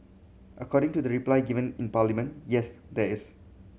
according to the reply given in Parliament yes there is